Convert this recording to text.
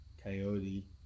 Coyote